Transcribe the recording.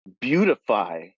beautify